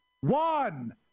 one